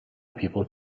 people